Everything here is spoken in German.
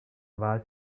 wahl